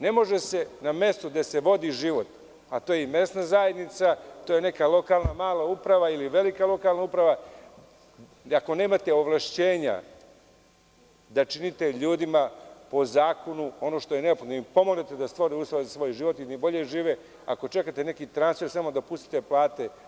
Ne može se na mestu gde se vodi život, a to je i mesna zajednica, velika ili mala lokalna uprava, ako nemate ovlašćenja da činite ljudima po zakonu ono što je neophodno i pomognete da stvore uslove za svoj život i da bolje žive ako čekate neki transfer samo da pustite plate.